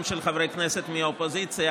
גם של חברי כנסת מהאופוזיציה.